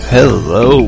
Hello